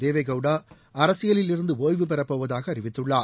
தேவே கவுடா அரசியலில் இருந்து ஓய்வு பெறப்போவதாக அறிவித்துள்ளார்